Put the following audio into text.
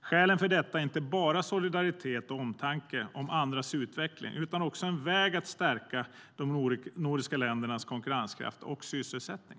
Skälen för detta är inte bara solidaritet och omtanke om andras utveckling. Det är också en väg att stärka de nordiska ländernas konkurrenskraft och sysselsättning.